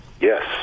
Yes